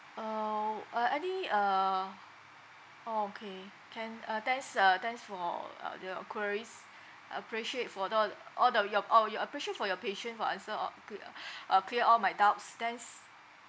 orh uh any uh orh okay can uh thanks uh thanks for uh the uh queries appreciate for tho~ all the p~ your p~ all ya appreciate for your patience for answer all clear uh uh clear all my doubts thanks